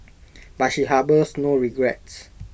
but she harbours no regrets